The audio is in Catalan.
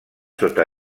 sota